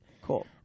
cool